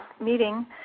meeting